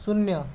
शून्य